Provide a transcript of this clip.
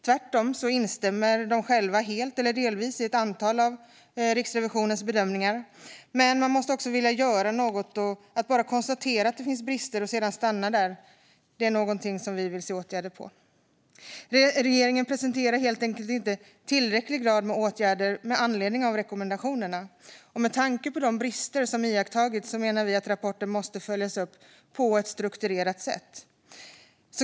Tvärtom instämmer regeringen själv helt eller delvis i ett antal av Riksrevisionens bedömningar. Men man måste vilja göra något också och inte bara konstatera att det finns brister och sedan stanna där. Vi vill se åtgärder. Regeringen presenterar helt enkelt inte i tillräcklig grad åtgärder med anledning av rekommendationerna. Med tanke på de brister som iakttagits menar vi att rapporten måste följas upp på ett strukturerat sätt.